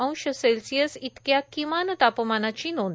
अंश सेल्सियस इतक्या किमान तापमानाची नोंद